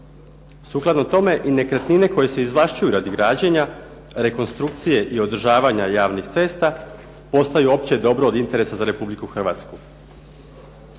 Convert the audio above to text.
Sukladno tome i nekretnine koje se izvlašćuju radi građenja, rekonstrukcije i održavanja javnih cesta postaju opće dobro od interesa za RH.